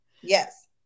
Yes